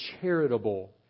charitable